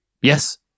yes